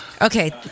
Okay